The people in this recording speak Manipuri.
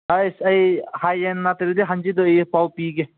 ꯑꯁ ꯑꯩ ꯍꯌꯦꯡ ꯅꯠꯇ꯭ꯔꯗꯤ ꯍꯥꯡꯆꯤꯠꯇꯨ ꯑꯩ ꯄꯥꯎ ꯄꯤꯒꯦ